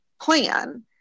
plan